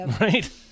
right